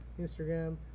Instagram